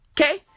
Okay